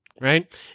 Right